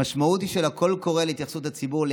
המשמעות של הקול הקורא להתייחסות הציבור היא